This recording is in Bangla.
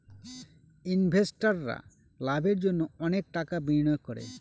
ইনভেস্টাররা লাভের জন্য অনেক টাকা বিনিয়োগ করে